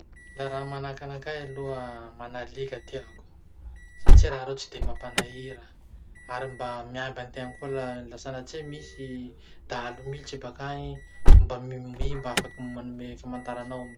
La raha manahaky anakahy aloha, mana alika tiako satria raha reo tsy de mampanahira, ary mba miamby antegna koa la la sanatria misy dahalo miditsy bakagny mba mbi mbi mba afaky manome famantara anao iny.